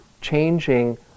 changing